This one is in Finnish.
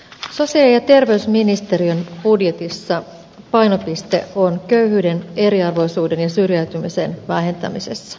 sosiaali ja terveysministeriön budjetissa painopiste on köyhyyden eriarvoisuuden ja syrjäytymisen vähentämisessä